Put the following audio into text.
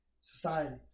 society